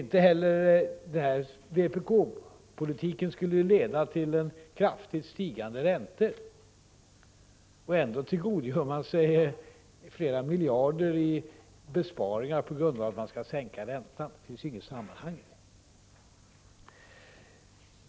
Inte heller skulle vpk-politiken leda till kraftigt sänkta räntor. Ändå tillgodogör sig vpk flera miljarder i besparingar på grundval av att de vill sänka räntan. Det finns inget samband på den punkten.